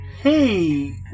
Hey